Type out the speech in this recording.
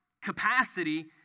capacity